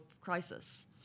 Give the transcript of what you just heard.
crisis